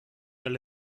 del